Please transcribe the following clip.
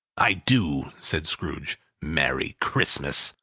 i do, said scrooge. merry christmas!